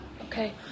Okay